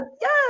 yes